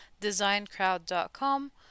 designcrowd.com